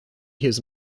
his